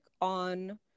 on